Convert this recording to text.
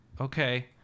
Okay